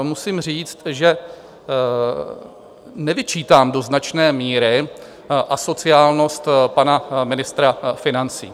Musím říct, že nevyčítám do značné míry asociálnost pana ministra financí.